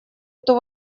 эту